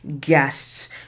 guests